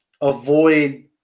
avoid